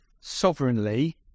sovereignly